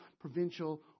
provincial